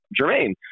Jermaine